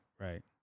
right